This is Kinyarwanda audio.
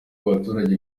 abaturage